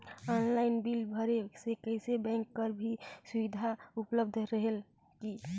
Online bill भरे से कइसे बैंक कर भी सुविधा उपलब्ध रेहेल की?